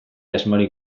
asmorik